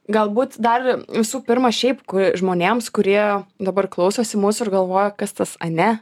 galbūt dar visų pirma šiaip ku žmonėms kurie dabar klausosi mūsų ir galvoja kas tas ane